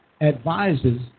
advises